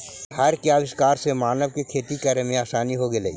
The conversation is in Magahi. हर के आविष्कार से मानव के खेती करे में आसानी हो गेलई